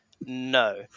No